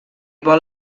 vol